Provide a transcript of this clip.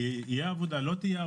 תהיה העבודה או לא.